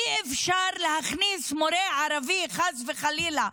אי-אפשר להכניס מורה ערבי, חס וחלילה,